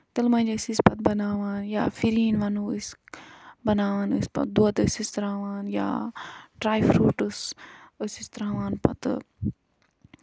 تِلہٕ مۄنجہِ ٲسۍ أسۍ پَتہٕ بَناوان یا فریٖن ونو أسۍ بَناوان أسۍ پَتہٕ دۄد ٲسِس تراوان یا ڈراے فروٗٹٕس ٲسِس تراوان پَتہٕ